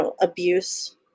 abuse